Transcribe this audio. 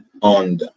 on